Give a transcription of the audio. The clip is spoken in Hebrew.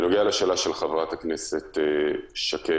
בנוגע לשאלה של חברת הכנסת שקד,